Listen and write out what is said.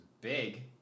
big